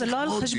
זה לא על חשבון,